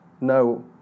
No